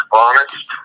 honest